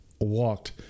walked